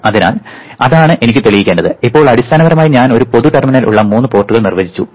അതിനാൽ അതാണ് എനിക്ക് തെളിയിക്കേണ്ടത് ഇപ്പോൾ അടിസ്ഥാനപരമായി ഞാൻ ഒരു പൊതു ടെർമിനൽ ഉള്ള മൂന്ന് പോർട്ടുകൾ നിർവചിച്ചു